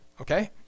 okay